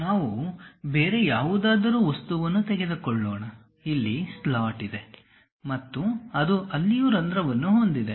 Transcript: ನಾವು ಬೇರೆ ಯಾವುದಾದರೂ ವಸ್ತುವನ್ನು ತೆಗೆದುಕೊಳ್ಳೋಣ ಇಲ್ಲಿ ಸ್ಲಾಟ್ ಇದೆ ಮತ್ತು ಅದು ಅಲ್ಲಿಯೂ ರಂಧ್ರವನ್ನು ಹೊಂದಿದೆ